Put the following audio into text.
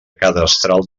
cadastral